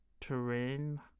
terrain